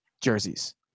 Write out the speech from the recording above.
jerseys